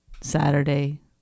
Saturday